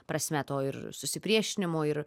prasme to ir susipriešinimo ir